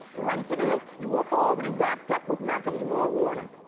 run for the hills. you were already wrapped up with malcolm jamal warner.